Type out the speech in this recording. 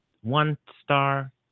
one-star